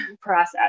process